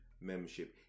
membership